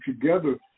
together